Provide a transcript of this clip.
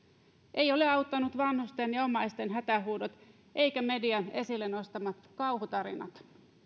eivät ole auttaneet vanhusten ja omaisten hätähuudot eivätkä median esille nostamat kauhutarinat